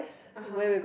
(uh huh)